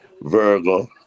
Virgo